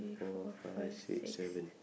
four five six seven